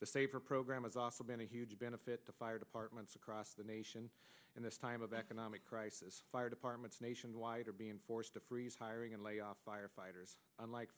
to save or program is also been a huge benefit to fire departments across the nation and this time of economic crisis fire departments nationwide are being forced to freeze hiring and lay off firefighters unlike